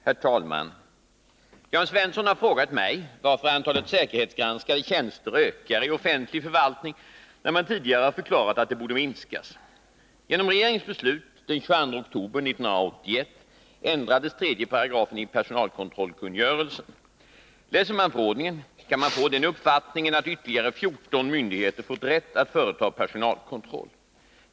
Herr talman! Jörn Svensson har frågat mig varför antalet säkerhetsgranskade tjänster ökar i offentlig förvaltning när man tidigare har förklarat att de borde minskas. Genom regeringens beslut den 22 oktober 1981 ändrades 3§ i personalkontrollkungörelsen . Läser man förordningen kan man få den uppfattningen att ytterligare 14 myndigheter fått rätt att företa personalkontroll.